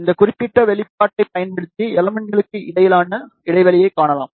இந்த குறிப்பிட்ட வெளிப்பாட்டைப் பயன்படுத்தி எலமென்ட்களுக்கு இடையிலான இடைவெளியைக் காணலாம்